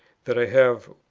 that i have,